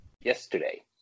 yesterday